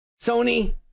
Sony